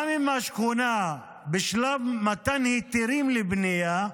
גם אם השכונה בשלב מתן היתרים לבנייה,